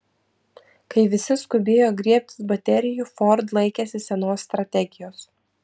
kai visi skubėjo griebtis baterijų ford laikėsi senos strategijos